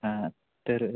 हां तर